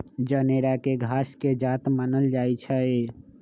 जनेरा के घास के जात मानल जाइ छइ